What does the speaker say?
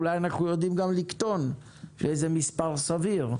אולי אנחנו יודעים לקטון למספר סביר.